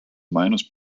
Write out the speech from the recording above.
minus